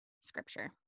scripture